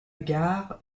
gare